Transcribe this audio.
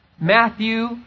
Matthew